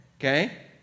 Okay